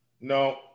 No